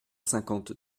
cinquante